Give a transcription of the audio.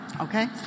Okay